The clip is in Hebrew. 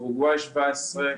אורוגוואי 17%,